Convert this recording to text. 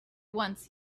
once